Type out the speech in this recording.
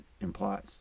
implies